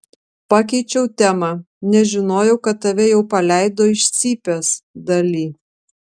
pakeičiau temą nežinojau kad tave jau paleido iš cypės dali